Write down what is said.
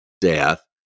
death